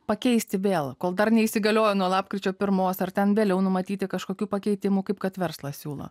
pakeisti vėl kol dar neįsigaliojo nuo lapkričio pirmos ar ten vėliau numatyti kažkokių pakeitimų kaip kad verslas siūlo